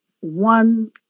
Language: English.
one